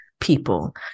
People